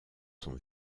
sont